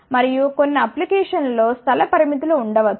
మరియు కొన్ని అప్లికేషన్స్ లో స్థల పరిమితులు ఉండ వచ్చు